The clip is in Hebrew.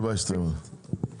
הישיבה ננעלה בשעה 09:14.